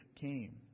came